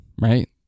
right